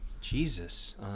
Jesus